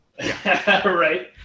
Right